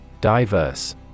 Diverse